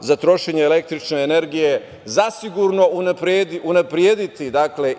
za trošenje električne energije zasigurno unaprediti